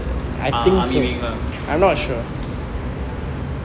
army people